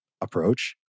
approach